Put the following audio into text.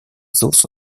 those